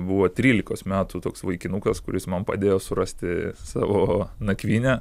buvo trylikos metų toks vaikinukas kuris man padėjo surasti savo nakvynę